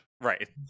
right